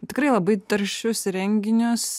tikrai labai taršius renginius